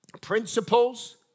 principles